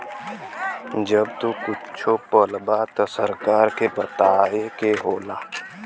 जब तू कुच्छो पलबा त सरकार के बताए के होला